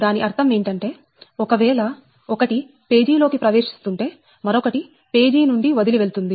దాని అర్థం ఏంటంటే ఒకవేళ ఒకటి పేజీ లో కి ప్రవేశిస్తుంటే మరొకటి పేజీ నుండి వదిలి వెళ్తుంది